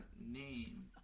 name